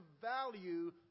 value